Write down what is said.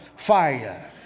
Fire